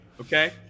Okay